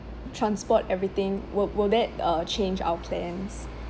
transport everything will will that uh change our plans